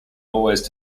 always